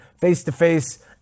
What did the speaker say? face-to-face